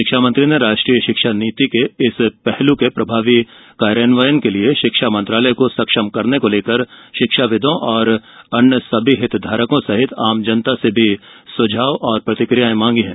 शिक्षामंत्री ने राष्ट्रीय शिक्षा नीति के इस पहलू के प्रभावी कार्यान्वयन के लिए शिक्षा मंत्रालय को सक्षम करने के लिए शिक्षाविदों और अन्य सभी हितधारकों सहित जनता से सुझाव और प्रतिक्रिया मांगी है